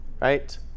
right